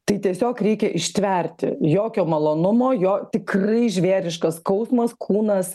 tai tiesiog reikia ištverti jokio malonumo jo tikrai žvėriškas skausmas kūnas